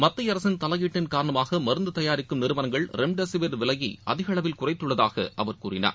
மத்திய அரசின் தலையீட்டின் காரணமாக மருந்து தயாரிக்கும் நிறுவனங்கள் ரெமிடெசிவர் விலையை அதிகளவில் குறைத்துள்ளதாக அவர் கூறினார்